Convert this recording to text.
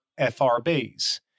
FRBs